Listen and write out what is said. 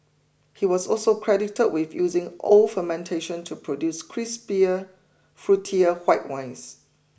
he was also credited with using old fermentation to produce crispier fruitier white wines